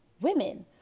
Women